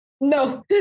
no